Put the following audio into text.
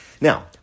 Now